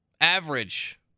average